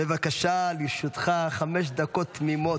בבקשה, לרשותך חמש דקות תמימות.